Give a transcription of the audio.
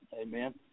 amen